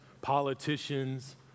politicians